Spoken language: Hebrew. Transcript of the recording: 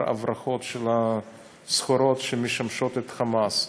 הברחות של הסחורות שמשמשות את "חמאס".